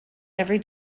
every